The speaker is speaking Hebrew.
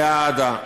לאהדה,